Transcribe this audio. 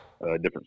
different